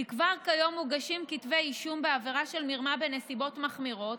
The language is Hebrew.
כי כבר כיום מוגשים כתבי אישום בעבירה של מרמה בנסיבות מחמירות,